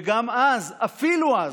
וגם אז, אפילו אז,